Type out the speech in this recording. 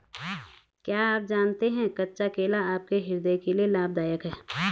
क्या आप जानते है कच्चा केला आपके हृदय के लिए लाभदायक है?